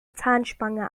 zahnspange